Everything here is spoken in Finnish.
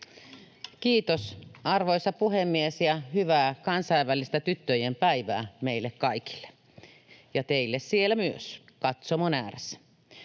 Kiitos, arvoisa puhemies! Hyvää kansainvälistä tyttöjen päivää meille kaikille ja myös teille siellä katsomon ääressä!